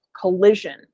collision